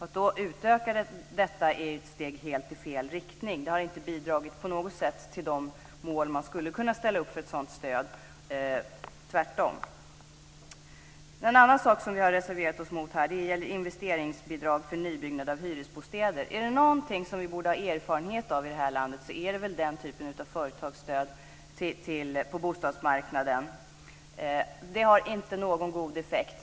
Att då utöka presstödet är ett steg helt i fel riktning. Det har inte på något sätt bidragit till att uppfylla de mål som man skulle kunna sätta upp för ett sådant stöd, tvärtom. En annan sak som vi har reserverat oss mot är investeringsbidrag för nybyggnad av hyresbostäder. Är det någonting som vi borde ha erfarenhet av i det här landet så är det väl den typen av stöd på bostadsmarknaden. Det har inte någon god effekt.